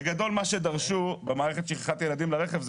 בגדול מה שדרשו במערכת שכחת ילדים לרכב זה